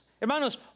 Hermanos